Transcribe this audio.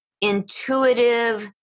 intuitive